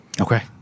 Okay